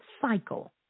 cycle